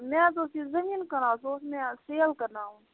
مےٚ حظ اوس یہِ زٔمیٖن کٕنان سُہ اوس مےٚ سیل کَرناوُن